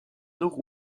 nord